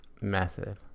method